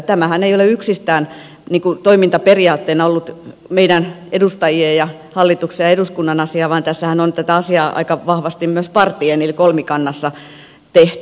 tämähän ei ole yksistään toimintaperiaatteena ollut meidän edustajien ja hallituksen ja eduskunnan asia vaan tässähän on tätä asiaa aika vahvasti myös parttien kesken eli kolmikannassa tehty